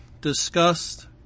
discussed